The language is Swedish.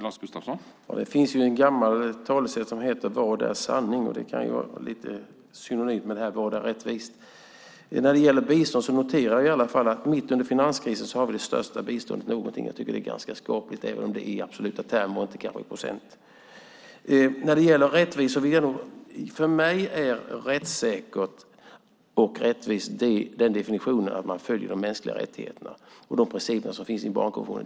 Herr talman! Det finns ett gammalt talesätt som lyder: Vad är sanning? Det kan vara lite synonymt med: Vad är rättvist? När det gäller bistånd noterar jag i alla fall att vi mitt under finanskrisen har det största biståndet någonsin. Jag tycker att det är ganska skapligt även om det är i absoluta termer och kanske inte i procent. För mig är definitionen av rättssäkert och rättvist att man lever upp till de mänskliga rättigheterna och följer de principer som finns i barnkonventionen.